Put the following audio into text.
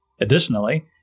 Additionally